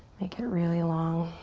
make it really long.